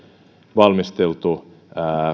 valmisteltu